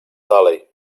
dalej